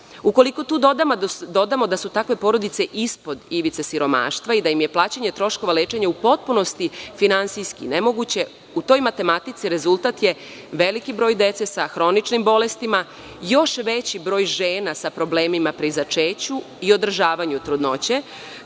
Ukoliko tu dodamo da su takve porodice ispod ivice siromaštva i da im je plaćanje troškova lečenja u potpunosti finansijski nemoguće, u toj matematici rezultat je veliki broj dece sa hroničnim bolestima, i još veći broj žena sa problemima pri začeću i održavanju trudnoće.